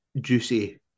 juicy